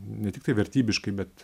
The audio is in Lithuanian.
ne tiktai vertybiškai bet